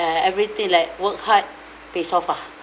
like everything like work hard pays off ah